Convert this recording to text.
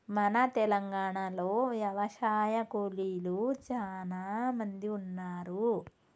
మన తెలంగాణలో యవశాయ కూలీలు సానా మంది ఉన్నారు